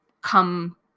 Come